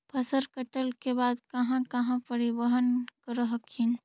फसल कटल के बाद कहा कहा परिबहन कर हखिन?